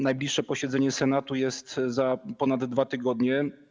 Najbliższe posiedzenie Senatu jest chyba za ponad 2 tygodnie.